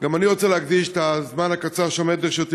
גם אני רוצה להקדיש את הזמן הקצר שעומד לרשותי